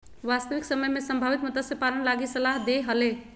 वास्तविक समय में संभावित मत्स्य पालन लगी सलाह दे हले